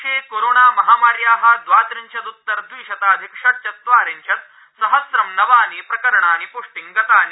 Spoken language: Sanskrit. कोरोना देशे कोरोणा महामार्या द्वा त्रिंशद्त्तर द्वि शताधिक षट् चत्वारिंशत् सहस्रं नवानि प्रकरणानि प्ष्टिंगतानि